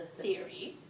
series